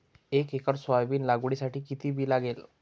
एक acre soybean लागवडीसाठी किती बी लागेल?